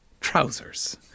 trousers